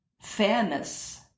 fairness